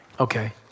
Okay